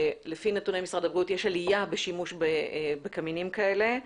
לפי נתוני משרד הבריאות יש עלייה בשימוש בקמינים כאלה,